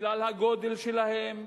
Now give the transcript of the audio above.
בגלל הגודל שלהן,